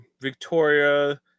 Victoria